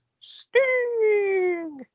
Sting